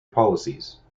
policies